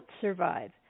survive